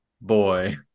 boy